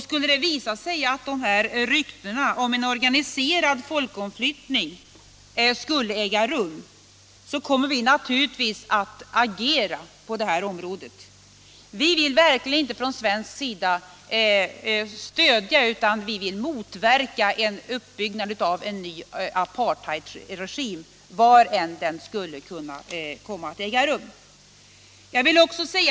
Skulle det visa sig att ryktena om en organiserad folk omflyttning är riktiga, kommer vi naturligtvis att agera på detta område. Vi vill från svensk sida verkligen inte stödja utan tvärtom motverka en uppbyggnad av en ny apartheidregim, var denna än skulle komma att äga rum.